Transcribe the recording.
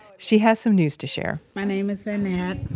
she has some news to share my name is annette.